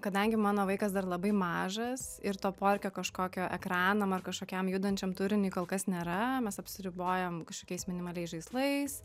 kadangi mano vaikas dar labai mažas ir to poreikio kažkokio ekranam ar kažkokiam judančiam turiniui kol kas nėra mes apsiribojam kažkokiais minimaliais žaislais